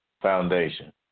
Foundation